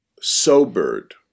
sobered